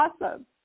awesome